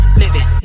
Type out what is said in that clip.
living